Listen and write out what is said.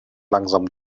langsam